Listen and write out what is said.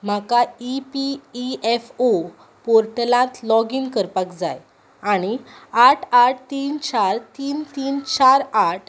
म्हाका ईपीईएफओ पोर्टलांत लॉगीन करपाक जाय आनी आठ आठ तीन चार तीन तीन चार आठ